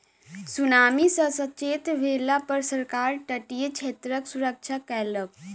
tsunami सॅ सचेत भेला पर सरकार तटीय क्षेत्रक सुरक्षा कयलक